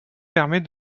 permet